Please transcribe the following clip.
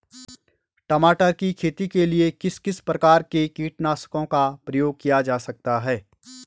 टमाटर की खेती के लिए किस किस प्रकार के कीटनाशकों का प्रयोग किया जाता है?